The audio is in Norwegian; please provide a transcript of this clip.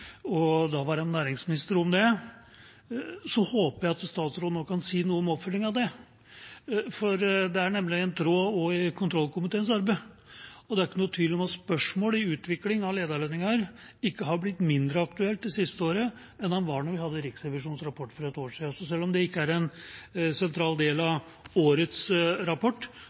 næringsminister om det – håper jeg at statsråden nå kan si noe om oppfølgingen av det. Det er nemlig en tråd også i kontroll- og konstitusjonskomiteens arbeid, og det er ikke noen tvil om at spørsmålet om utviklingen av lederlønninger ikke har blitt mindre aktuelt det siste året enn det var da vi hadde Riksrevisjonens rapport til behandling for et år siden. Selv om det ikke er en sentral del av årets rapport,